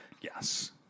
yes